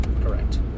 correct